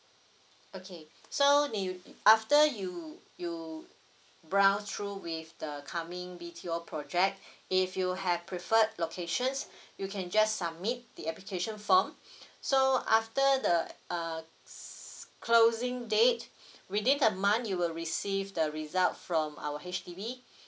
okay so if after you you browse through with the coming B_T_O project if you have preferred locations you can just submit the application form so after the uh s~ closing date within a month you will receive the result from our H_D_B